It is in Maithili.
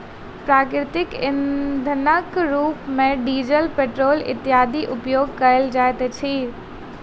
प्राकृतिक इंधनक रूप मे डीजल, पेट्रोल इत्यादिक उपयोग कयल जाइत अछि